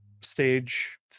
stage